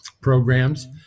programs